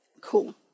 Cool